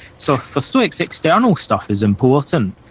so, for stoics, external stuff is important,